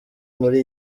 muri